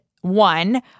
one